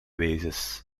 wezens